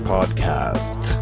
Podcast